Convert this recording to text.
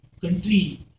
country